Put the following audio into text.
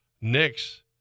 Knicks